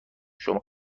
شما